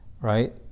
right